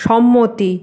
সম্মতি